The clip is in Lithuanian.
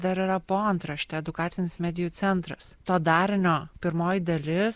dar yra po antrašte edukacinis medijų centras to darinio pirmoji dalis